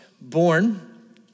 born